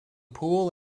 pool